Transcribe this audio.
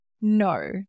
No